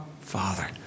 Father